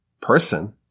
person